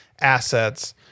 assets